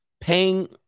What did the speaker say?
paying